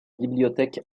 bibliothèque